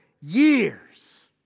years